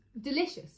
Delicious